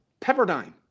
Pepperdine